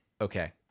okay